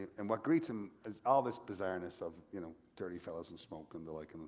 and what greets him is all this bizarreness of you know dirty fellas, and smoke, and the like, and